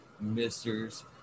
misters